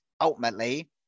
ultimately